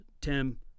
Tim